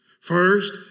First